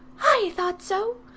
i thought so.